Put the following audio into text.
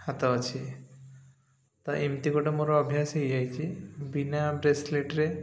ହାତ ଅଛି ତ ଏମିତି ଗୋଟେ ମୋର ଅଭ୍ୟାସ ହେଇଯାଇଛି ବିନା ବ୍ରେସଲେଟ୍ରେ